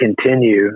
Continue